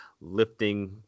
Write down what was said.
lifting